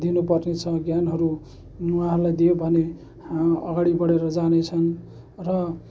दिनु पर्ने छ ज्ञानहरू उहाँहरूलाई दियो भने अगाडि बडेर जाने छन् र